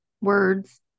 words